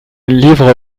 livre